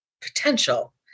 potential